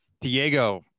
Diego